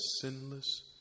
sinless